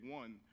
one